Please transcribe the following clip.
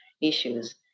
issues